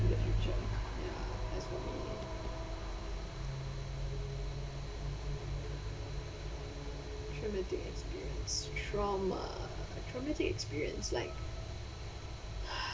in the future ya traumatic experience trauma traumatic experience like